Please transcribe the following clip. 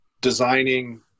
designing